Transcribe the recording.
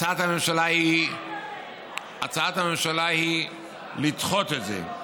הצעת הממשלה היא לדחות את זה.